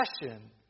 passion